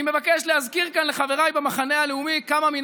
אני מבקש להזכיר כאן לחבריי במחנה הלאומי כמה מן